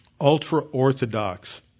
ultra-Orthodox